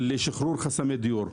לשחרור חסמי דיור.